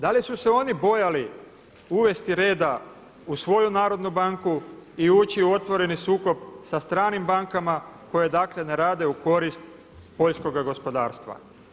Da li su se oni bojali uvesti reda u svoju narodnu banku i ući u otvoreni sukob sa stranim bankama koje ne rade u korist poljskoga gospodarstva?